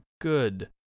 good